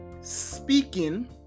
Speaking